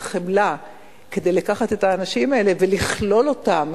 חמלה כדי לקחת את האנשים האלה ולכלול אותם,